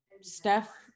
Steph